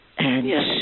Yes